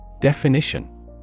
Definition